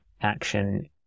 action